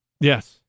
Yes